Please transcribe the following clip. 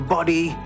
Body